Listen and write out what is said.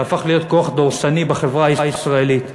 שהפך להיות כוח דורסני בחברה הישראלית,